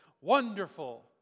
Wonderful